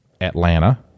Atlanta